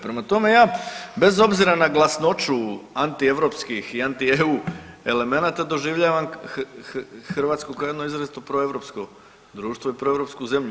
Prema tome, ja bez obzira na glasnoću antieuropskih i anti EU elemenata doživljavam Hrvatsku kao jedno izrazito proeuropsko društvo i proeuropsku zemlju.